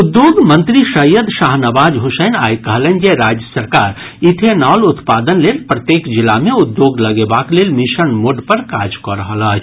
उद्योग मंत्री सैयद शाहनवाज हुसैन आइ कहलनि जे राज्य सरकार इथेनॉल उत्पादन लेल प्रत्येक जिला मे उद्योग लगेबाक लेल मिशन मोड पर काज कऽ रहल अछि